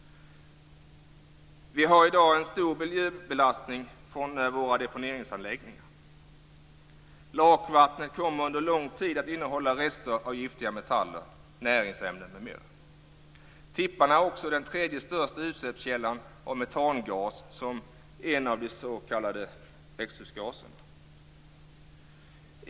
Vi har i dag en stor miljöbelastning från våra deponeringsanläggningar. Lakvatten kommer under lång tid att innehålla rester av giftiga metaller, näringsämnen m.m. Tipparna är också den tredje största utsläppskällan av metangas, en av de s.k. växthusgaserna.